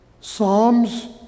psalms